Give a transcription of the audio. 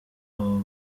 aba